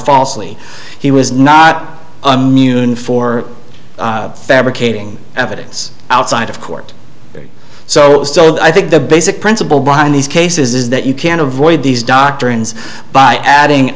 falsely he was not mune for fabricating evidence outside of court so i think the basic principle behind these cases is that you can avoid these doctrines by adding